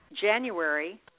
January